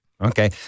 Okay